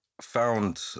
found